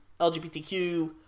lgbtq